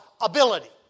ability